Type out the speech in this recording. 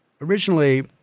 originally